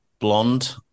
blonde